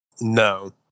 No